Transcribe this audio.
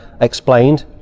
explained